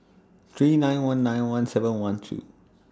three nine one nine one seven one two